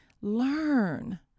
learn